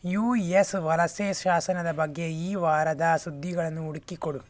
you S ವಲಸೆ ಶಾಸನದ ಬಗ್ಗೆ ಈ ವಾರದ ಸುದ್ದಿಗಳನ್ನು ಹುಡುಕಿ ಕೊಡು